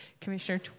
Commissioner